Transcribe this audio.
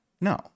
No